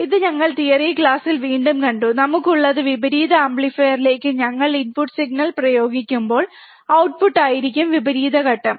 ഇത് ഞങ്ങൾ തിയറി ക്ലാസ്സിൽ വീണ്ടും കണ്ടു നമുക്കുള്ളത് വിപരീത ആംപ്ലിഫയറിലേക്ക് ഞങ്ങൾ ഇൻപുട്ട് സിഗ്നൽ പ്രയോഗിക്കുമ്പോൾ ഔട്ട്പുട്ട് ആയിരിക്കും വിപരീത ഘട്ടം